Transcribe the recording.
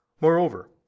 Moreover